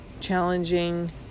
challenging